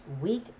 week